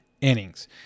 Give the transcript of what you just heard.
innings